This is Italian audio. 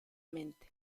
mente